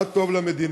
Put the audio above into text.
מה טוב למדינה.